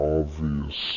obvious